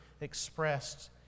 expressed